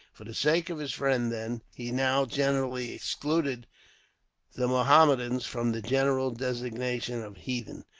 for the sake of his friend, then, he now generally excluded the mohammedans from the general designation of heathen,